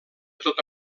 tota